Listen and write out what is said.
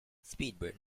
speedbird